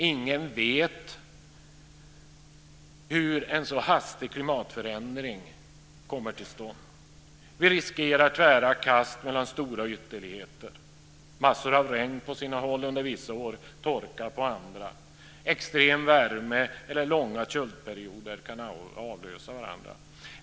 Ingen vet hur en så hastig klimatförändring kommer till stånd. Vi riskerar tvära kast mellan stora ytterligheter; massor av regn på sina håll under vissa år, torka på andra. Extrem värme eller långa köldperioder kan avlösa varandra.